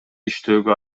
иштөөгө